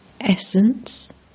Essence